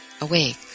awake